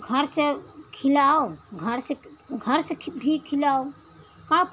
घर से खिलाओ घर से घर से घी खिलाओ का फायदा